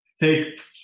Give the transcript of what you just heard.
Take